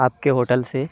آپ کے ہوٹل سے